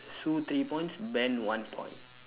sue three points ben one point